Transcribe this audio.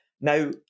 Now